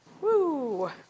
woo